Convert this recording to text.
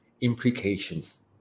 implications